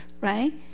Right